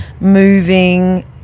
moving